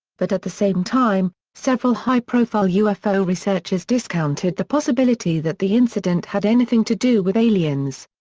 but at the same time, several high-profile ufo researchers discounted the possibility that the incident had anything to do with aliens.